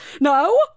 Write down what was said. No